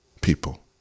people